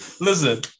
Listen